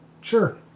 Sure